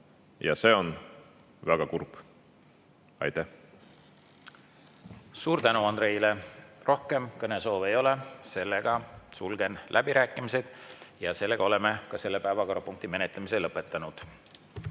Ja see on väga kurb. Aitäh! Suur tänu Andreile! Rohkem kõnesoove ei ole. Sulgen läbirääkimised ja oleme ka selle päevakorrapunkti menetlemise lõpetanud.